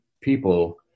people